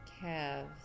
calves